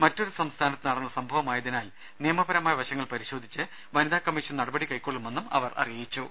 മറ്റൊരു സംസ്ഥാ നത്ത് നടന്ന സംഭവമായതിനാൽ നിയമപരമായ വശങ്ങൾ പരിശോധിച്ച് വനിതാ കമ്മിഷൻ നടപടികൾ കൈകൊള്ളുമെന്നും അവർ അറിയിച്ചു